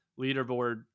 leaderboard